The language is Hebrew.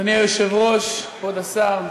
אדוני היושב-ראש, כבוד השר,